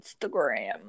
Instagram